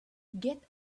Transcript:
get